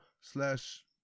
slash